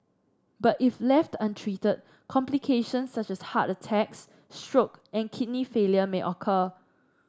but if left untreated complications such as heart attacks stroke and kidney failure may occur